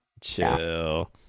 chill